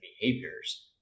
behaviors